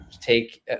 take